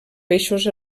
peixos